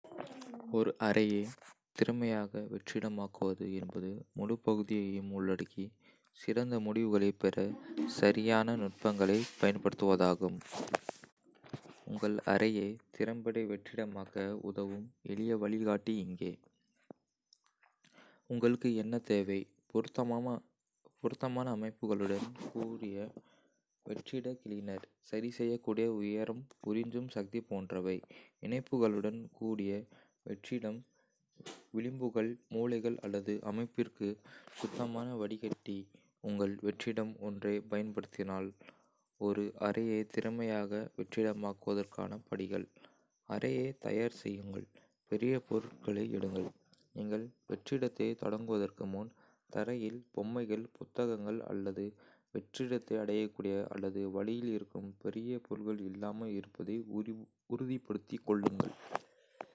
ஒரு அறையை திறமையாக வெற்றிடமாக்குவது என்பது முழுப் பகுதியையும் உள்ளடக்கி, சிறந்த முடிவுகளைப் பெற சரியான நுட்பங்களைப் பயன்படுத்துவதாகும். உங்கள் அறையை திறம்பட வெற்றிடமாக்க உதவும் எளிய வழிகாட்டி இங்கே உங்களுக்கு என்ன தேவை பொருத்தமான அமைப்புகளுடன் கூடிய வெற்றிட கிளீனர் (சரிசெய்யக்கூடிய உயரம், உறிஞ்சும் சக்தி போன்றவை) இணைப்புகளுடன் கூடிய வெற்றிடம் (விளிம்புகள், மூலைகள் அல்லது அமைப்பிற்கு) சுத்தமான வடிகட்டி (உங்கள் வெற்றிடம் ஒன்றைப். பயன்படுத்தினால்) ஒரு அறையை திறமையாக வெற்றிடமாக்குவதற்கான படிகள்: அறையை தயார் செய்யுங்கள். பெரிய பொருட்களை எடுங்கள் நீங்கள் வெற்றிடத்தைத் தொடங்குவதற்கு முன், தரையில் பொம்மைகள், புத்தகங்கள் அல்லது வெற்றிடத்தை அடைக்கக்கூடிய அல்லது வழியில் இருக்கும் பெரிய பொருள்கள் இல்லாமல் இருப்பதை உறுதிப்படுத்திக் கொள்ளுங்கள்.